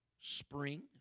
spring